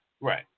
Right